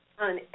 on